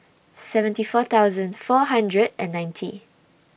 seventy four thousand four hundred and ninety